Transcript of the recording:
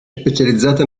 specializzata